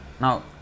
now